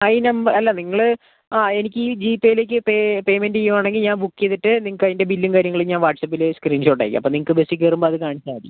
ആ ഈ നമ്പർ അല്ല നിങ്ങൾ ആ എനിക്ക് ഈ ജി പേയിൽ ഒക്കെ പേ പേയ്മെൻറ്റ് ചെയ്യുവാണെങ്കിൽ ഞാൻ ബുക്ക് ചെയ്തിട്ട് നിങ്ങൾക്ക് അതിൻ്റെ ബില്ലും കാര്യങ്ങളും ഞാൻ വാട്ട്സ്ആപ്പിൽ സ്ക്രീൻഷോട്ട് അയയ്ക്കാം അപ്പം നിങ്ങൾക്ക് ബസ്സിൽ കയറുമ്പോൾ അത് കാണിച്ചാൽ മതി